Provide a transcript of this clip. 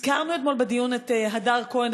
הזכרנו אתמול בדיון את הדר כהן,